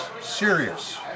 serious